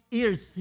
ears